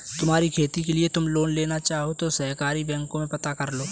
तुम्हारी खेती के लिए तुम लोन लेना चाहो तो सहकारी बैंक में पता करलो